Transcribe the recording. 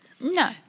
No